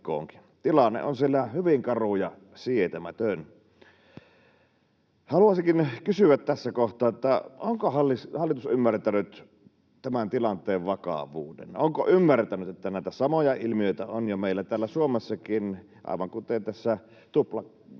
Tilanne on siellä hyvin karu ja sietämätön. Haluaisinkin kysyä tässä kohtaa: Onko hallitus ymmärtänyt tämän tilanteen vakavuuden? Onko se ymmärtänyt, että näitä samoja ilmiöitä on jo meillä täällä Suomessakin, aivan kuten tässä tuplakollega